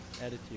Attitude